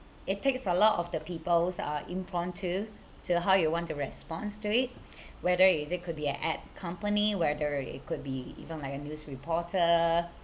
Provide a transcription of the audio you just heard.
it takes a lot of the people's uh impromptu to how you want to responds to it whether is it could be a ad company whether it could be even like a news reporter